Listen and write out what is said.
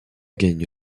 gagne